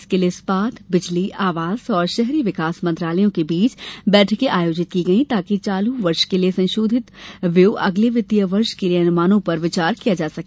इसके लिए इस्पात बिजली आवास और शहरी विकास मंत्रालयों के बीच बैठकें आयोजित की गई ताकि चालू वर्ष के लिए संशोधित व्यूय अगले वित्तीय वर्ष के लिए अनुमानों पर विचार किया जा सके